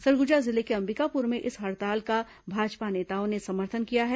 सरगुजा जिले के अंबिकापुर में इस हड़ताल का भाजपा नेताओं ने समर्थन किया है